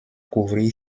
couvrir